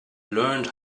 learned